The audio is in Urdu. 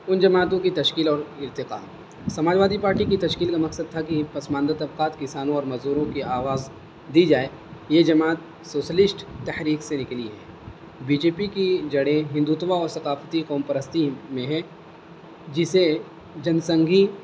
ان جماعتوں کی تشکیل اور ارتقا سماج وادی پارٹی کی تشکیل کا مقصد تھا کی پسماندہ طبقات کسانوں اور مزدوروں کی آواز دی جائے یہ جماعت سوشلسٹ تحریک سے نکلی ہے بی جے پی کی جڑیں ہندوتوا اور ثقافتی قوم پستی میں ہے جسے جن سنگھی